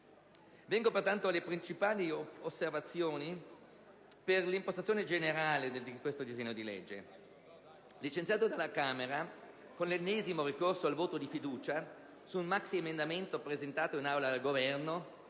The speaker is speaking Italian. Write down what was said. Vengo pertanto alle principali osservazioni sull'impostazione generale di questo disegno di legge che, licenziato dalla Camera con l'ennesimo ricorso al voto di fiducia sul maxiemendamento presentato in Aula dal Governo,